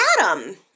Adam